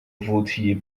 votiez